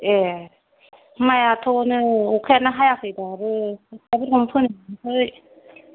ए माय आथ' नै आखायानो हायाखै दाबो खोथियाफोरखौनो फोनो मोनाखै